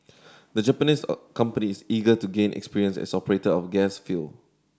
the Japanese companies eager to gain experience as operator of gas field